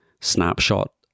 snapshot